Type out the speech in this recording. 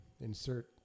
insert